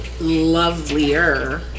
lovelier